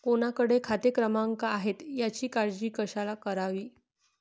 कोणाकडे खाते क्रमांक आहेत याची काळजी कशाला करावी